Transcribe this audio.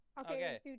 Okay